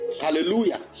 Hallelujah